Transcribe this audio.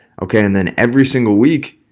okay, and then every single week,